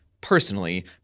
personally